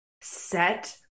set